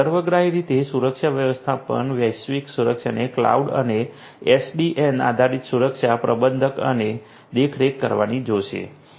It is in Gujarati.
સર્વગ્રાહી રીતે સુરક્ષા વ્યવસ્થાપન વૈશ્વિક સુરક્ષાને ક્લાઉડ અને એસડીએન આધારિત સુરક્ષા પ્રબંધન અને દેખરેખ કરાવી જોશે